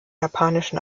japanischen